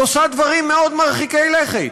היא עושה דברים מאוד מרחיקי לכת.